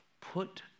put